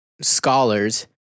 scholars